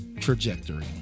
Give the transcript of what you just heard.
trajectory